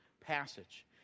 passage